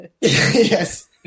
Yes